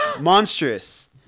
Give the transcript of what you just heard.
Monstrous